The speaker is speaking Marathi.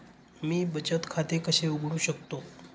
मी बचत खाते कसे उघडू शकतो?